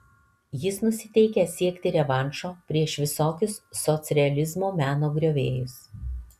jis nusiteikęs siekti revanšo prieš visokius socrealizmo meno griovėjus